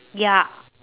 ya